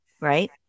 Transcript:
right